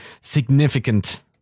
significant